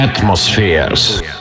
atmospheres